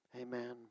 Amen